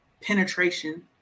penetration